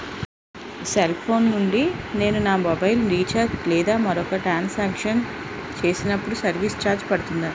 Cell phone నుండి నేను నా మొబైల్ రీఛార్జ్ లేదా మరొక ట్రాన్ సాంక్షన్ చేసినప్పుడు సర్విస్ ఛార్జ్ పడుతుందా?